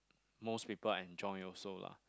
most people enjoy also lah